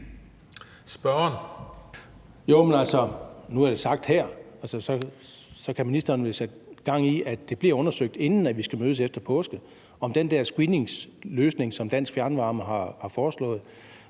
(EL): Jo, men nu er det sagt her, og så kan ministeren vel sætte gang i, at det, inden vi skal mødes efter påske, bliver undersøgt, om den der screeningsløsning, som Dansk Fjernvarme har foreslået